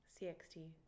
CXT